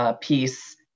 piece